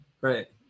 right